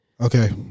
Okay